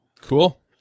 Cool